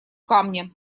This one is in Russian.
камня